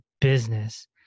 business